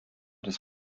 des